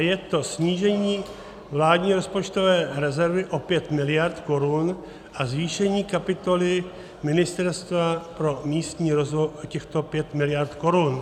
Je to snížení vládní rozpočtové rezervy o 5 mld. korun a zvýšení kapitoly Ministerstva pro místní rozvoj o těchto 5 mld. korun.